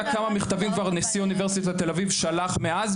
כמה מכתבים כבר נשיא אוניברסיטה תל אביב שלח מאז,